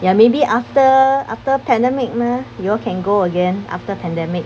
ya maybe after after pandemic mah you all can go again after pandemic